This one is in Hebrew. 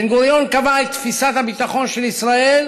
בן-גוריון קבע את תפיסת הביטחון של ישראל